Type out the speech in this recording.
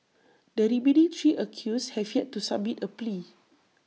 the remaining three accused have yet to submit A plea